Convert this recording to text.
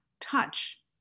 touch